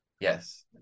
Yes